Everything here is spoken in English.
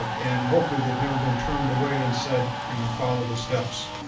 and hopefully that never been turned away and said, you know, follow the steps.